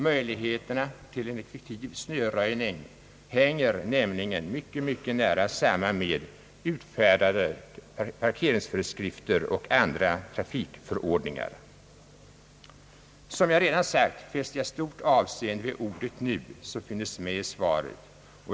Möjligheterna till en effektiv snöröjning hänger nämligen mycket nära samman med utfärdade parkeringsföreskrifter och andra trafikförordningar. Som jag redan sagt fäster jag stort avseende vid ordet »nu», som finns med i svaret.